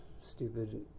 stupid